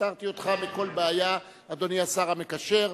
פטרתי אותך מכל בעיה, אדוני השר המקשר.